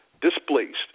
displaced